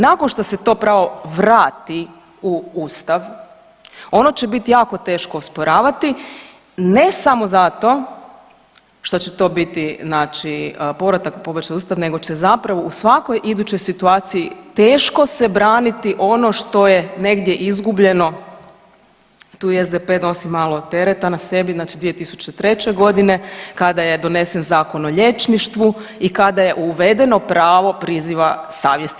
Nakon što se to pravo vrati u Ustav, ono će biti jako teško osporavati ne samo zato što će to biti znači povratak pobačaja u Ustav nego će zapravo u svakoj idućoj situaciji teško se braniti ono što je negdje izgubljeno, tu SDP nosi malo tereta na sebi, znači 2003. g. kada je donesen Zakon o liječništvu i kada je uvedeno pravo priziva savjesti.